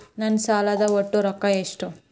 ನನ್ನ ಸಾಲದ ಒಟ್ಟ ರೊಕ್ಕ ಎಷ್ಟು?